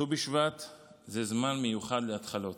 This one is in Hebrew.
ט"ו בשבט זה זמן מיוחד להתחלות.